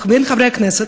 בין חברי הכנסת,